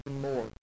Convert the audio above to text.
more